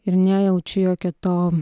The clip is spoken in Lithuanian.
ir nejaučiu jokio to